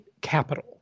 capital